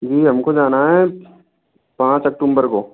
जी हमको जाना हैं पाँच अक्टूमबर को